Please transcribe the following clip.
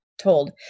told